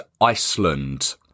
Iceland